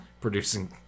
Producing